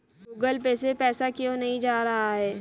Google Pay से पैसा क्यों नहीं जा रहा है?